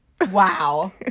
Wow